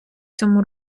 цьому